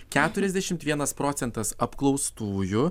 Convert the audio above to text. keturiasdešimt vienas procentas apklaustųjų